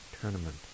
tournament